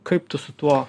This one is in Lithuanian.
kaip tu su tuo